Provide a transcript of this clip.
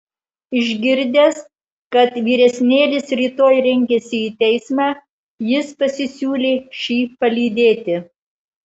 išgirdęs kad vyresnėlis rytoj rengiasi į teismą jis pasisiūlė šį palydėti